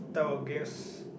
type of games